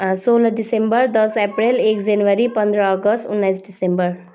सोह्र दिसम्बर दस अप्रेल एक जनवरी पन्ध्र अगस्त उन्नाइस दिसम्बर